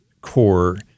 core